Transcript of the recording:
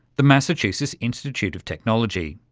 the massachusetts institute of technology.